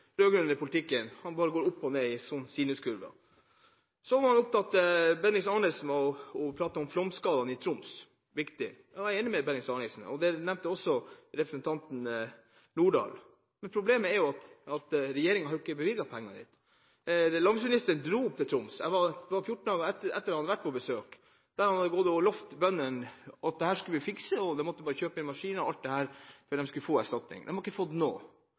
politikken: Den går bare opp og ned i sinuskurver. Så var Bendiks H. Arnesen opptatt av flomskadene i Troms, at det var viktig, og jeg er enig med Bendiks H. Arnesen i det. Dette nevnte også representanten Lange Nordahl. Men problemet er jo at regjeringen ikke har bevilget penger til det. Landbruksministeren dro opp til Troms, og jeg var der fjorten dager etter at han hadde vært på besøk. Da hadde han gått ut og lovet bøndene at dette skulle man fikse, de måtte bare kjøpe inn maskiner og alt, for de skulle få erstatning. De har ikke fått